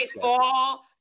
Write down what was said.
fall